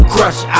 Crush